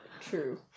true